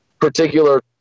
particular